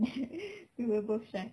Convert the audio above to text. we were both shy